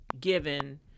given